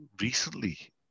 recently